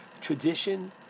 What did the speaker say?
tradition